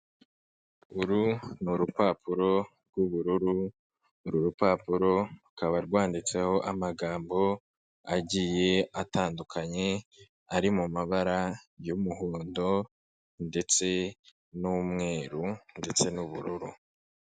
Uru ni urupapuro rw'ubururu, uru rupapuro rukaba rwanditseho amagambo agiye atandukanye ari mu mabara y'umuhondo ndetse n'umweru ndetse n'ubururu.